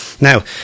Now